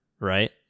right